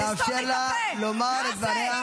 אנחנו נאפשר לה לומר את דבריה.